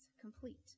complete